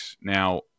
Now